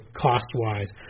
cost-wise